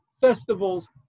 festivals